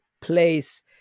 place